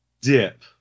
dip